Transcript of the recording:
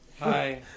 Hi